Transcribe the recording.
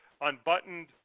unbuttoned